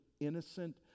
Innocent